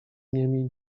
niemi